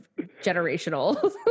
generational